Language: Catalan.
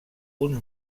uns